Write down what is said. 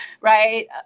right